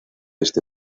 este